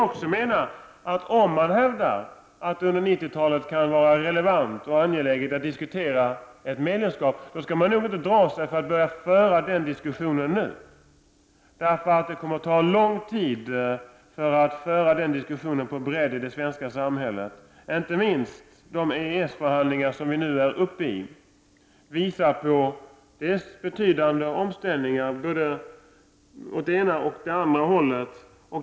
Om man hävdar att det under 90-talet kan vara relevant och angeläget att diskutera medlemskap skall man nog inte dra sig för att börja föra den diskussionen nu. Det kommer att ta lång tid att föra en bred diskussion om detta i det svenska samhället. Inte minst de EES-förhandlingar som vi nu är inne i visar på att det behövs betydande omställningar både på det ena och på det andra hållet.